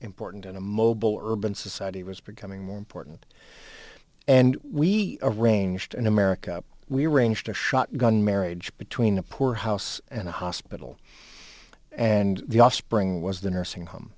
important in a mobile urban society was becoming more important and we arranged in america we arranged a shotgun marriage between a poorhouse and a hospital and the offspring was the nursing home